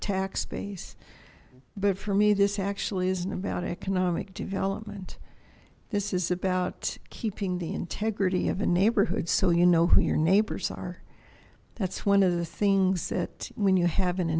tax base but for me this actually isn't about economic development this is about keeping the integrity of a neighborhood so you know who your neighbors are that's one of the things that when you have in a